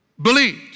Believed